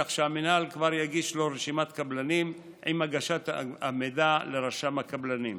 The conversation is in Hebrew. כך שהמינהל כבר יגיש לו רשימת קבלנים עם הגשת המידע לרשם הקבלנים.